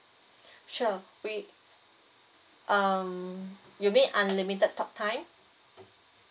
sure we um you mean unlimited talk time